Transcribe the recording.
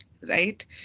right